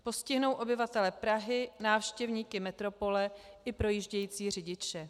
Postihnou obyvatele Prahy, návštěvníky metropole i projíždějící řidiče.